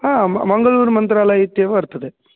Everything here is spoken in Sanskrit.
हा मङ्गलूरुमन्त्रालय इत्येव वर्तते